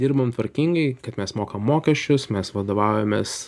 dirbam tvarkingai kad mes mokam mokesčius mes vadovaujamės